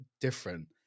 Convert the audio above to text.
different